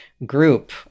group